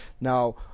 Now